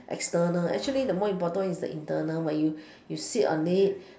external actually the more important one is the internal but you you sit on it